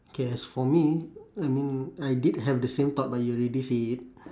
okay as for me I mean I did have the same thought but you already say it